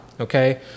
okay